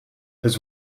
has